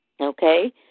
Okay